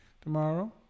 tomorrow